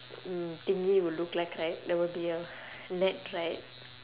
mm thingy would look like right there would be a net right